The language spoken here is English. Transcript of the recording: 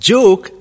Joke